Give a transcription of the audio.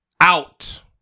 out